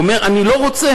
והוא אומר: אני לא רוצה.